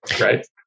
right